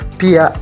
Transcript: pia